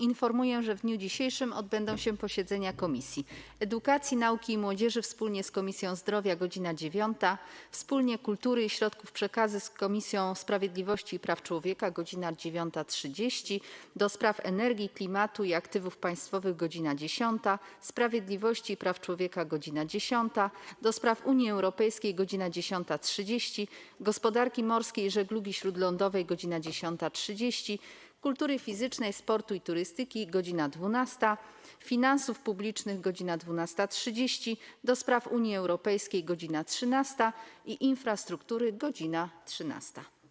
Informuję, że w dniu dzisiejszym odbędą się posiedzenia Komisji: - Edukacji, Nauki i Młodzieży wspólnie z Komisją Zdrowia - godz. 9, - Kultury i Środków Przekazu wspólnie z Komisją Sprawiedliwości i Praw Człowieka - godz. 9.30, - do Spraw Energii, Klimatu i Aktywów Państwowych - godz. 10, - Sprawiedliwości i Praw Człowieka - godz. 10, - do Spraw Unii Europejskiej - godz. 10.30, - Gospodarki Morskiej i Żeglugi Śródlądowej - godz. 10.30, - Kultury Fizycznej, Sportu i Turystyki - godz. 12, - Finansów Publicznych - godz. 12.30, - do Spraw Unii Europejskiej - godz. 13, - Infrastruktury - godz. 13.